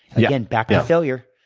yeah and back to failure.